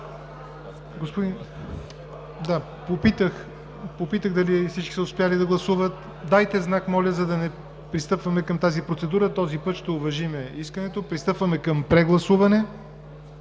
Попитах дали всички са успели да гласуват. Дайте знак, моля, за да не пристъпваме към тази процедура. Този път ще уважим искането. Пристъпваме към прегласуване.